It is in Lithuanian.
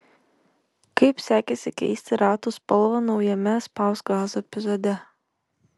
kaip sekėsi keisti ratų spalvą naujame spausk gazą epizode